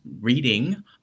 reading